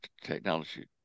technology